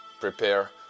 prepare